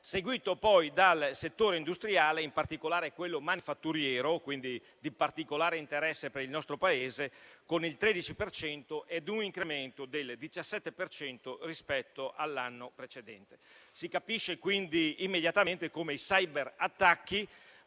seguito poi dal settore industriale, in particolare quello manifatturiero, quindi di particolare interesse per il nostro Paese, con il 13 per cento, ed un incremento del 17 per cento rispetto all'anno precedente. Si capisce quindi immediatamente come i cyberattacchi